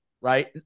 Right